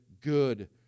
good